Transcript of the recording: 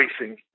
racing